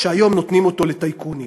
שהיום נותנים אותו לטייקונים.